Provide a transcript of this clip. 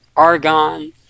argon